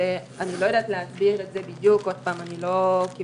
אני לא יודעת להסביר את זה בדיוק, אני לא קיבלתי